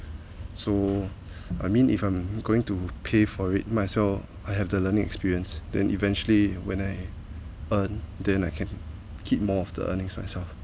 so I mean if I'm going to pay for it myself I have the learning experience then eventually when I earned then I can keep more of the earnings myself